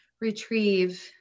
retrieve